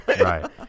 right